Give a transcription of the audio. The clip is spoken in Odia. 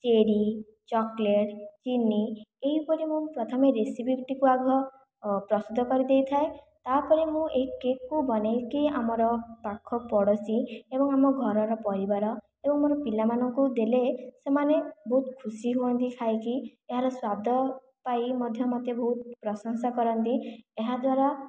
ଚେରୀ ଚକୋଲେଟ୍ ଚିନି ଏହିପରି ମୁଁ ପ୍ରଥମେ ରେସିପିଟିକୁ ଆଗ ପ୍ରସ୍ତୁତ କରିଦେଇଥାଏ ତା'ପରେ ମୁଁ ଏଇ କେକ୍କୁ ବନାଇକି ଆମର ପାଖ ପଡ଼ୋଶୀ ଏବଂ ଆମ ଘରର ପରିବାର ଓ ମୋର ପିଲାମାନଙ୍କୁ ଦେଲେ ସେମାନେ ବହୁତ ଖୁସି ହୁଅନ୍ତି ଖାଇକି ଏହାର ସ୍ୱାଦ ପାଇ ମଧ୍ୟ ମୋତେ ବହୁତ ପ୍ରଶଂସା କରନ୍ତି ଏହାଦ୍ୱାରା